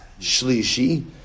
shlishi